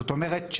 זאת אומרת,